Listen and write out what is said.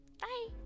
Bye